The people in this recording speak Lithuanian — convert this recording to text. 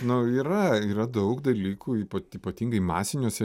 nu yra yra daug dalykų ypat ypatingai masiniuose